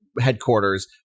headquarters